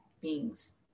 beings